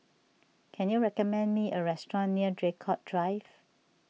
can you recommend me a restaurant near Draycott Drive